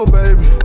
baby